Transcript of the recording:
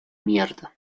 mierda